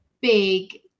big